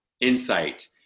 insight